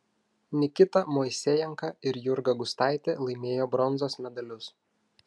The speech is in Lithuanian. nikita moisejenka ir jurga gustaitė laimėjo bronzos medalius